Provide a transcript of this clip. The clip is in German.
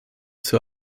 zur